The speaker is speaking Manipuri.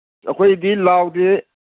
ꯑꯩꯈꯣꯏꯗꯤ ꯂꯥꯎꯗꯦ